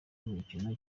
w’imikino